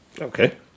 Okay